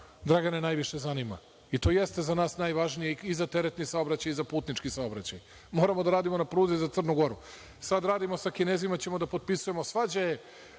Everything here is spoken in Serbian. Dragane najviše zanima, i to jeste za nas najvažnije i za teretni saobraćaj i za putnički saobraćaj. Moramo da radimo na pruzi za Crnu Goru. Sa Kinezima ćemo da potpisujemo. Svađa je